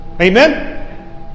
Amen